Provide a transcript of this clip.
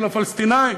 של הפלסטינים.